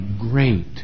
great